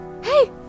Hey